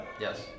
Yes